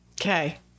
Okay